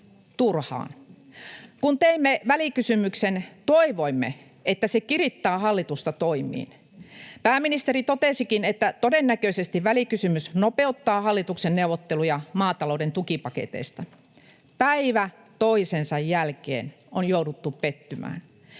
Kyllä!] Kun teimme välikysymyksen, toivoimme, että se kirittää hallitusta toimiin. Pääministeri totesikin, että todennäköisesti välikysymys nopeuttaa hallituksen neuvotteluja maatalouden tukipaketista. Päivä toisensa jälkeen on jouduttu pettymään.